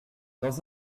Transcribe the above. dans